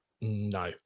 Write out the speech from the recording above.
no